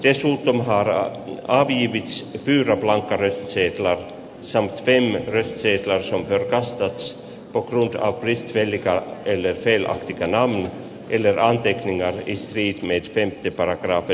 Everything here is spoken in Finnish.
esiin on haara on heidi kyrö laukkanen siirtyvät san pellegrino siirtonsa virastot koklta opiskelijaa eli filho tikka nolla eller anti keskittynyt tulos luetaan